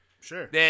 Sure